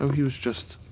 he was just.